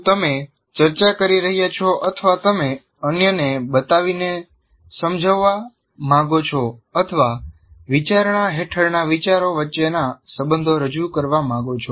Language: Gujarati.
શું તમે ચર્ચા કરી રહ્યા છો અથવા તમે અન્યને બતાવીને સમજવવા માંગો છો અથવા વિચારણા હેઠળના વિચારો વચ્ચેના સંબંધો રજૂ કરવા માંગો છો